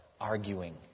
Arguing